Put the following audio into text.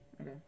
Okay